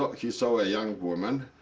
but he saw a young woman,